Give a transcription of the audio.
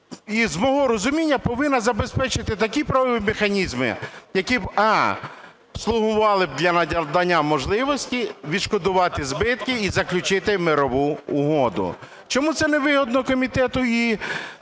і з мого розуміння, повинна забезпечити такі правові механізми, які б: а) слугували б для надання можливості відшкодувати збитки і заключити мирову угоду. Чому це не вигідно комітету і